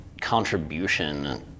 contribution